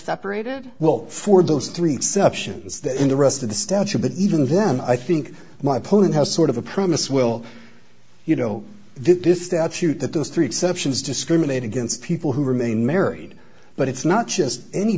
separated well for those three exceptions that in the rest of the statute but even then i think my opponent has sort of a promise will you know that this statute that those three exceptions discriminate against people who remain married but it's not just any